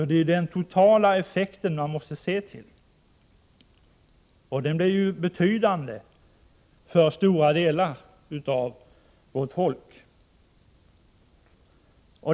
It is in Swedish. Det är den totala effekten man måste se till, och den blir betydande för stora delar av vårt folk.